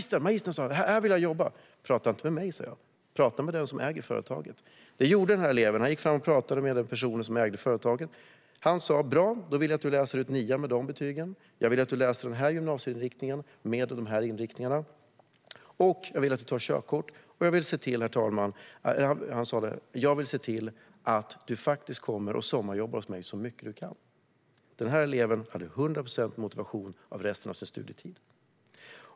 Han sa: Magistern, här vill jag jobba. Prata inte med mig, sa jag. Prata med den som äger företaget. Det gjorde denna elev. Han gick fram och pratade med den person som ägde företaget. Ägaren av företaget talade om för eleven vad han skulle göra - att han skulle gå ut årskurs 9 med vissa betyg, att han skulle välja en viss gymnasieinriktning, att skulle ta körkort och att han skulle sommarjobba på företaget så mycket han kunde. Denna elev hade 100 procent motivation under resten av sin studietid.